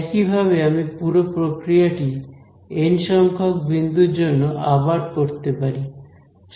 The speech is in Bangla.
একইভাবে আমি পুরো প্রক্রিয়াটি এন সংখ্যক বিন্দুর জন্য আবার করতে পারি